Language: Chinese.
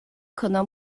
可能